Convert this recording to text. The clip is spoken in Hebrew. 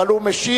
אבל הוא משיב